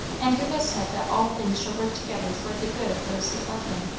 and who has said that all things shall work together for the good of those that love him.